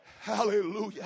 Hallelujah